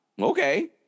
Okay